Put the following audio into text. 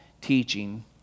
teaching